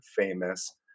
famous